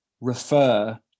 refer